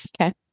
Okay